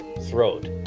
Throat